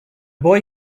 boy